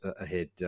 ahead